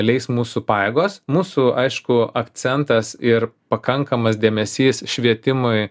leis mūsų pajėgos mūsų aišku akcentas ir pakankamas dėmesys švietimui